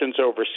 overseas